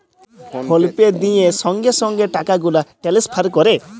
ফল পে দিঁয়ে সঙ্গে সঙ্গে টাকা গুলা টেলেসফার ক্যরে